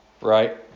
right